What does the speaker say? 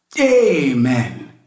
Amen